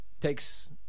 takes